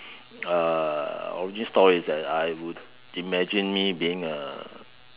uh origin story is that I would image me being a